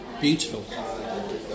beautiful